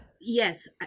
Yes